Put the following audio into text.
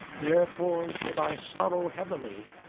therefore should i sorrow heavily,